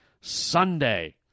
Sunday